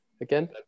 again